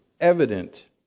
evident